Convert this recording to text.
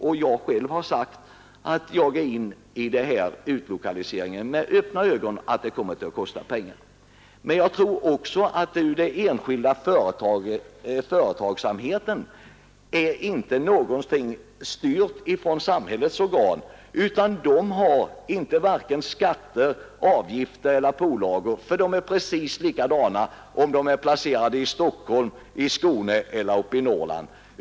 Jag har själv sagt att jag ansluter mig till tanken på utlokalisering med ögonen öppna för att det kommer att kosta pengar. Vad den enskilda företagssamheten beträffar så är ju skatter, avgifter eller pålagor desamma vare sig företagen är placerade i Stockholm, i Skåne eller i Norrland.